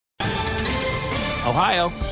Ohio